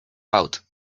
out